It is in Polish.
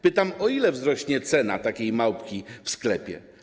Pytam: O ile wzrośnie cena takiej małpki w sklepie?